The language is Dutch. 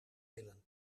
willen